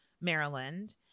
Maryland